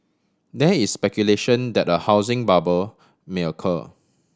there is speculation that a housing bubble may occur